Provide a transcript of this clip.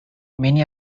many